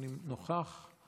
הוא נוכח?